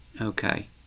Okay